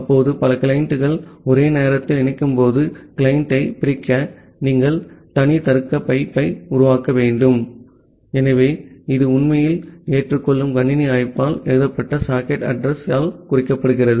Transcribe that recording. இப்போது பல கிளையண்டுகள் ஒரே நேரத்தில் இணைக்கும்போது கிளையண்ட்டைப் பிரிக்க நீங்கள் தனி தருக்க பைப் உருவாக்க வேண்டும் ஆகவே இது உண்மையில் ஏற்றுக்கொள்ளும் கணினி அழைப்பால் எழுதப்பட்ட சாக்கெட் அட்ரஸ் யால் குறிக்கப்படுகிறது